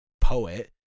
poet